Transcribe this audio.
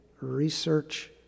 research